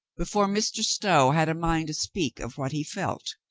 be fore mr. stow had a mind to speak of what he felt.